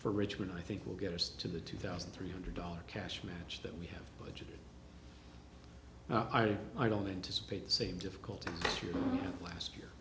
for richmond i think will get us to the two thousand three hundred dollars cash match that we have budgeted i don't anticipate the same difficult to last year